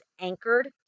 anchored